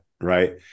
right